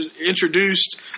introduced